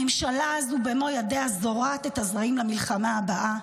הממשלה הזו במו ידיה זורעת את הזרעים למלחמה הבאה.